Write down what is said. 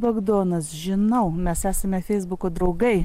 bagdonas žinau mes esame feisbuko draugai